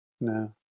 No